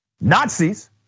Nazis